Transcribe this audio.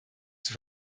zur